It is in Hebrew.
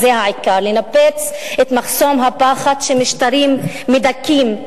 וזה העיקר: לנפץ את מחסום הפחד שמשטרים מדכאים,